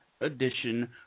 edition